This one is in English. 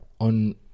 on